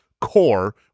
core